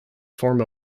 form